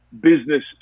business